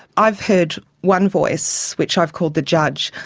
i've heard one voice which i've called the judge.